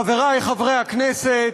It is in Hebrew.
חברי חברי הכנסת,